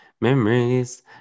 Memories